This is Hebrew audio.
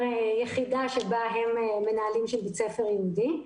יחידה שבה הם מנהלים של בית ספר יהודי.